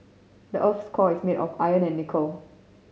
the earth's core is made of iron and nickel